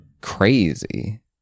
crazy